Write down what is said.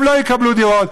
הם לא יקבלו דירות.